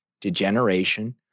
degeneration